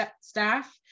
staff